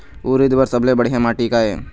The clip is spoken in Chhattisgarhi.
उरीद बर सबले बढ़िया माटी का ये?